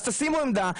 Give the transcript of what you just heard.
שימו עמדה,